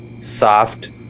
soft